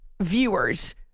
viewers